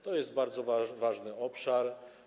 To jest bardzo ważny obszar.